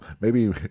Maybe-